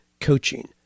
coaching